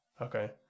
Okay